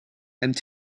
and